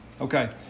Okay